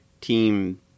Team